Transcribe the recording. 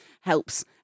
helps